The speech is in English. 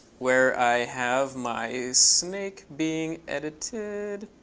where i have my snake being edited,